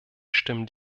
stimmen